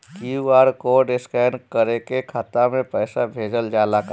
QR code scan करके खाता में पैसा भेजल जाला का?